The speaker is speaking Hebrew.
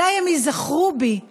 אם הם ייזכרו בי כאימא.